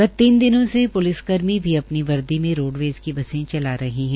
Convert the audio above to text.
गत तीन दिनों से पुलिस कर्मी भी अपनी वर्दी में रोडवेज़ की बसें चला रहे है